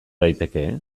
daiteke